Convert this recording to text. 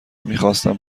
میخواستم